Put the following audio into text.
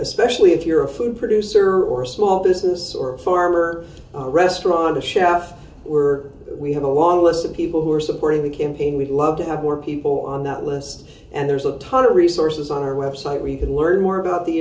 especially if you're a food producer or a small business or a farmer restaurant a chef we're we have a long list of people who are supporting the campaign we'd love to have more people on that list and there's a ton of resources on our website we can learn more about the